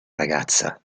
ragazza